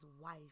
wife